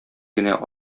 генә